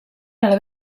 nella